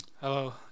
Hello